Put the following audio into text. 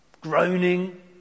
groaning